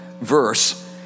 verse